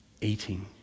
eating